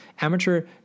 Amateur